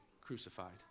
crucified